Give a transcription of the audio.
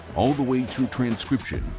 all the way to transcription,